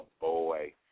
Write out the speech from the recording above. Boy